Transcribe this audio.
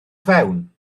fewn